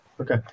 Okay